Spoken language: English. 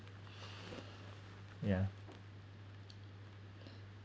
yeah